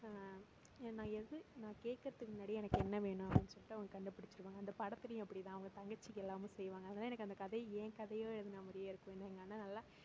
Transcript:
ஏன் நான் எது நான் கேட்கறதுக்கு முன்னாடியே எனக்கு என்ன வேணும் அப்படின் சொல்லிட்டு அவங்க கண்டுபிடிச்சிருவாங்க அந்த படத்துலயும் அப்படி தான் அவங்க தங்கச்சிக்கு எல்லாமும் செய்வாங்க அதனால் எனக்கு அந்த கதை என் கதையை எழுதின மாதிரியே இருக்கும் எங்கள் அண்ணனெல்லாம்